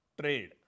trade